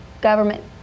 government